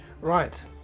Right